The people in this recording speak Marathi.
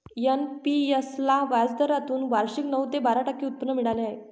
एन.पी.एस ला व्याजदरातून वार्षिक नऊ ते बारा टक्के उत्पन्न मिळाले आहे